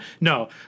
no